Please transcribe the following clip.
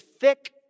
thick